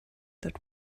that